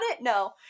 No